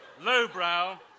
lowbrow